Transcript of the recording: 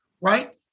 right